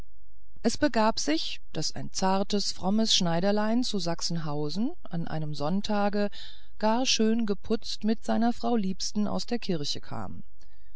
es begab sich daß ein zartes frommes schneiderlein zu sachsenhausen an einem sonntage gar schön geputzt mit seiner frau liebsten aus der kirche kam